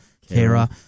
Kara